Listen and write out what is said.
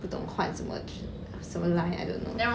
不懂换什么 tr~ 什么 line I don't know